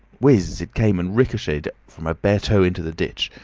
whizz it came, and ricochetted from a bare toe into the ditch.